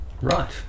Right